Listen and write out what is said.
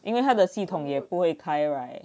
因为他的系统也不会开 right